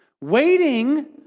Waiting